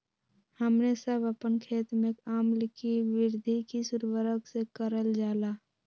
हमने सब अपन खेत में अम्ल कि वृद्धि किस उर्वरक से करलजाला?